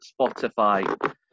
Spotify